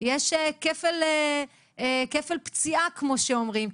יש כפל פציעה כמו שאומרים,